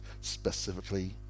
specifically